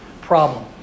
problem